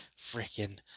freaking